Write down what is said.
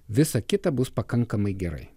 visa kita bus pakankamai gerai